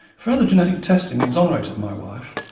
further genetic testing exonerated my wife,